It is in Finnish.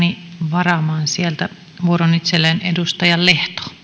varaamaan sieltä vuoron itselleen